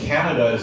Canada